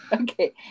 Okay